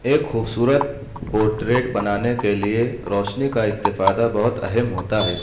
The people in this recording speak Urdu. ایک خوبصورت پوٹریٹ بنانے کے لیے روشنی کا استفادہ بہت اہم ہوتا ہے